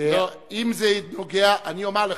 אם זה נוגע, אני אומר לך.